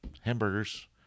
hamburgers